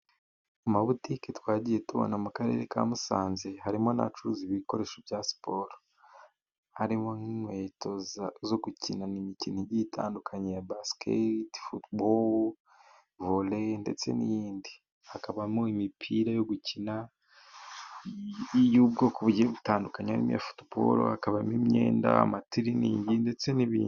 Mu mabutike twagiye tubona mu karere ka Musanze harimo n'abacuruza ibikoresho bya siporo, harimo nk'inkweto zo gukina n'imikino igiye itandukanye ya basiketiboru , futuboru, voreboru, ndetse n'indi. Hakabamo imipira yo gukina iy'ubwoko bugiye butandukanye niya futuboru, hakabamo imyenda matiriningi ndetse n'ibindi.